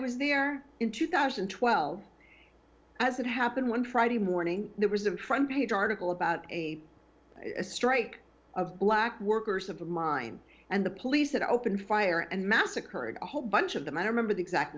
was there in two thousand and twelve as it happened one friday morning there was a front page article about a strike of black workers of mine and the police that opened fire and massacred a whole bunch of them i remember the exact